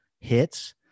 hits